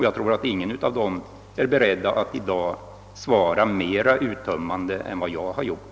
Jag tror inte att man från något av dessa håll är beredd att svara mera uttömmande än vad jag gjort.